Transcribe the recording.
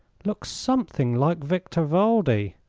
looks something like victor valdi,